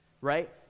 Right